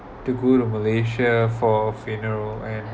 to go to malaysia for funeral and